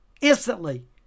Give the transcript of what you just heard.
Instantly